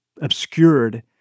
obscured